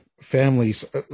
families